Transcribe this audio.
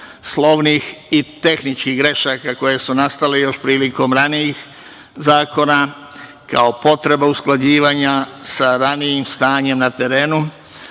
slovnih i tehničkih grešaka koje su nastale još prilikom ranijih zakona, kao potreba usklađivanja sa ranijim stanjem na terenu,